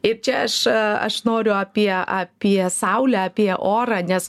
ir čia aš aš noriu apie apie saulę apie orą nes